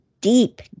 deep